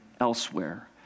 elsewhere